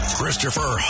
Christopher